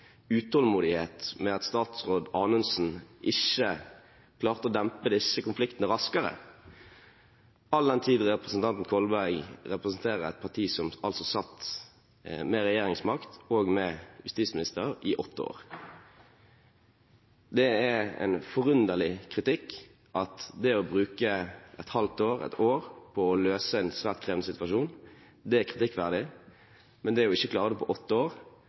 utålmodighet med at statsråd Anundsen ikke klarte å dempe disse konfliktene raskere, all den tid representanten Kolberg representerer et parti som altså satt med regjeringsmakt og med justisminister i åtte år. Det er en forunderlig kritikk at det å bruke et halvt år, ett år, på å løse en svært krevende situasjon er kritikkverdig, men at det å ikke klare det på åtte år